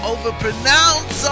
Overpronounce